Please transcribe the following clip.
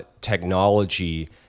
technology